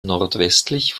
nordwestlich